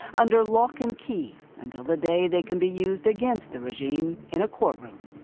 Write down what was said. under lock and key until the day they can be used against the regime in a courtroom.